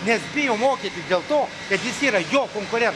nes bijo mokyti dėl to kad jis yra jo konkurentas